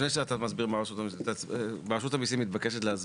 לפני שאתה מסביר ממה רשות המיסים חוששת.